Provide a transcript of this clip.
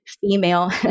female